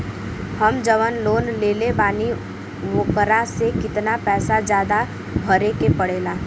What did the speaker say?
हम जवन लोन लेले बानी वोकरा से कितना पैसा ज्यादा भरे के पड़ेला?